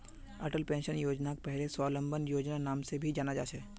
Atal pension योजनाक पहले स्वाबलंबन योजनार नाम से भी जाना जा छे